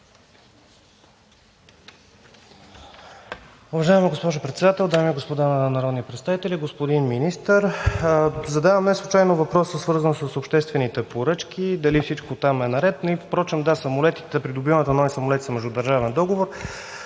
Уважаема госпожо Председател, дами и господа народни представители, уважаеми господин Министър! Задавам неслучайно въпроса, свързан с обществените поръчки – дали всичко там е наред, но и да, придобиването на новите самолетите са междудържавен договор,